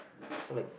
so like